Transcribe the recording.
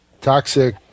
toxic